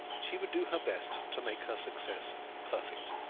she would do her best to make her success perfect.